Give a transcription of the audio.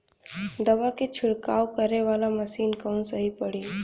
दवा के छिड़काव करे वाला मशीन कवन सही पड़ी?